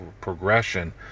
progression